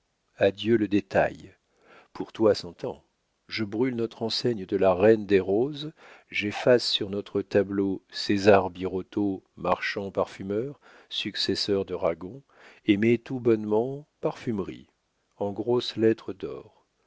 adieu le détail pour toi s'entend je brûle notre enseigne de la reine des roses j'efface sur notre tableau césar birotteau marchand parfumeur successeur de ragon et mets tout bonnement parfumeries en grosses lettres d'or